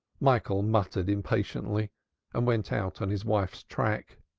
michael muttered impatiently and went out on his wife's track.